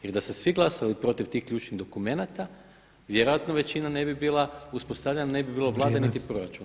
Jer da ste svi glasali protiv tih ključnih dokumenata, vjerojatno većina ne bi bila uspostavljena, ne bi bilo Vlade niti proračuna.